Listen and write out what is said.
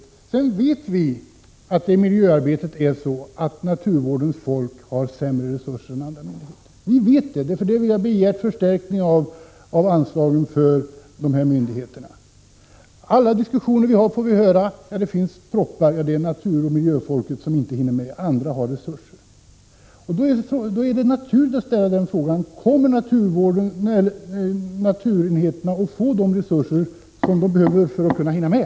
Vi vet att det är svårt med miljöarbetet. Vi vet att naturvårdens folk har sämre resurser än andra. Därför har vi begärt förstärkning av anslagen för dessa myndigheter. I alla diskussioner som vi för får vi höra att propparna är naturoch miljöfolket, som inte hinner med, medan andra har resurser. Då är det naturligt att ställa frågan: Kommer naturenheterna att få de resurser som de behöver för att kunna hänga med?